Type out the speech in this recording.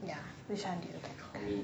ya which one do you like